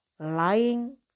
Lying